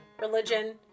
religion